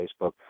Facebook